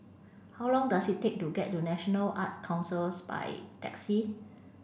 how long does it take to get to National Art Council by taxi